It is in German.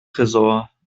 tresor